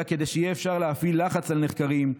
אלא כדי שיהיה אפשר להפעיל לחץ על נחקרים,